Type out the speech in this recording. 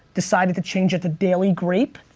decided to change it to daily grape.